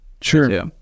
Sure